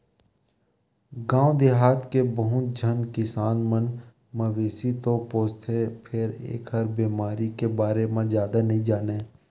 गाँव देहाथ के बहुत झन किसान मन मवेशी तो पोसथे फेर एखर बेमारी के बारे म जादा नइ जानय